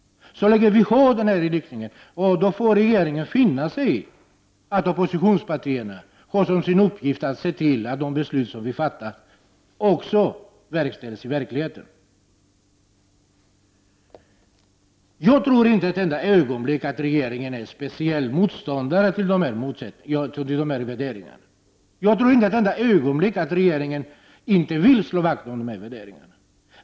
Så länge vi har denna inriktning får regeringen finna sig i att oppositionspartierna har som sin uppgift att se till att de beslut som vi fattar också verkställs. Jag tror inte ett enda ögonblick att regeringen är motståndare till dessa värderingar, och jag tror inte heller ett enda ögonblick att regeringen inte vill slå vakt om värderingarna.